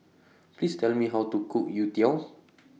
Please Tell Me How to Cook Youtiao